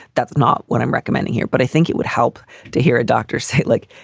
that's not what i'm recommending here, but i think it would help to hear a doctor say like,